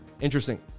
interesting